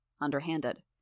underhanded